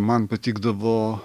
man patikdavo